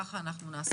ככה אנחנו נעשה.